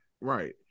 Right